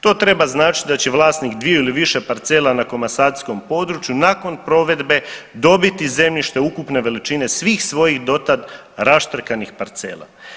To treba značiti da će vlasnik dviju ili više parcela na komasacijskom području nakon provedbe dobiti zemljište ukupne veličine svih svojih do tad raštrkanih parcela.